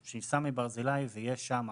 שייסע מברזילי, זה יהיה שם.